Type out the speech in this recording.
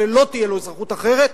ולא תהיה לו אזרחות אחרת,